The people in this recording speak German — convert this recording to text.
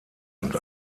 und